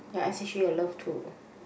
s_h_e I love too